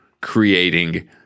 creating